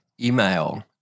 email